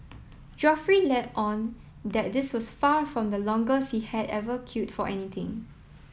Geoffrey let on that this was far from the longest he had ever queued for anything